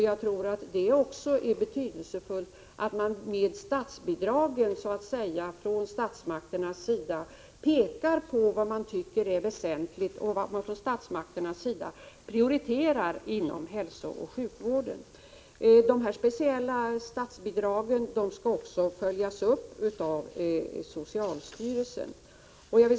Jag tror att det är betydelsefullt att man från statsmakternas sida med hjälp av statsbidragen pekar på vad man tycker är väsentligt och vad man prioriterar inom hälsooch sjukvården. De speciella statsbidragen skall följas upp av socialstyrelsen.